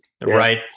Right